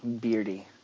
Beardy